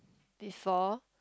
before